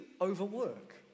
overwork